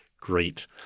Great